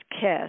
kiss